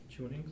tunings